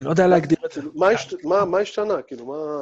לא יודע להגדיר את זה. מה השתנה, כאילו, מה...